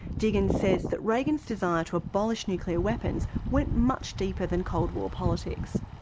diggins says that reagan's desire to abolish nuclear weapons went much deeper than cold war politics.